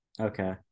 Okay